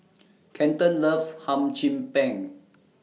Kenton loves Hum Chim Peng